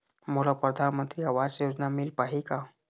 मोला परधानमंतरी आवास योजना मिल पाही का?